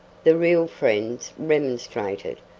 the real friends remonstrated,